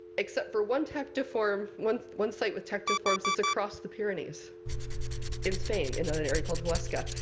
except for one tectiform, one one site with tectiforms, is across the pyrenees in spain, in an area called huesca.